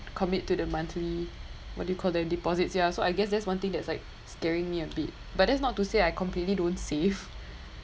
commit to the monthly what do you call them deposits ya so I guess that's one thing that's like scaring me a bit but that's not to say I completely don't save